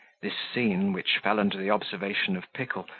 this scene, which fell under the observation of pickle,